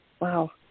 Wow